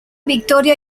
victoria